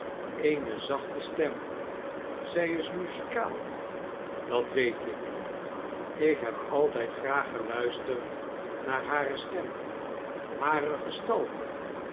eene zachte stem zij is muzikaal dat weet ik ik heb altijd graag gehiisterd naar hare stem hare gestalte